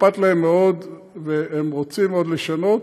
שאכפת להם מאוד והם רוצים מאוד לשנות,